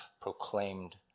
proclaimed